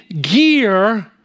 gear